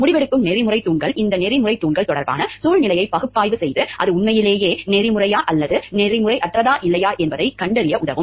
முடிவெடுக்கும் நெறிமுறைத் தூண்கள் இந்த நெறிமுறைத் தூண்கள் தொடர்பான சூழ்நிலையை பகுப்பாய்வு செய்து அது உண்மையிலேயே நெறிமுறையா அல்லது நெறிமுறையற்றதா இல்லையா என்பதைக் கண்டறிய உதவும்